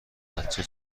بچه